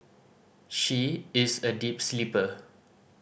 she is a deep sleeper